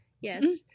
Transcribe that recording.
Yes